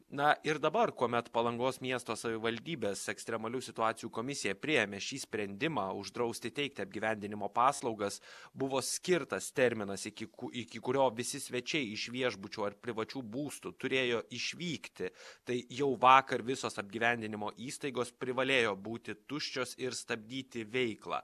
na ir dabar kuomet palangos miesto savivaldybės ekstremalių situacijų komisija priėmė šį sprendimą uždrausti teikti apgyvendinimo paslaugas buvo skirtas terminas iki ku iki kurio visi svečiai iš viešbučių ar privačių būstų turėjo išvykti tai jau vakar visos apgyvendinimo įstaigos privalėjo būti tuščios ir stabdyti veiklą